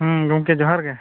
ᱦᱮᱸ ᱜᱚᱝᱠᱮ ᱡᱚᱦᱟᱨ ᱜᱮ